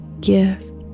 gift